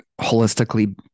holistically